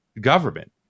government